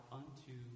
unto